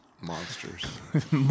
Monsters